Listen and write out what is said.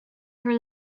her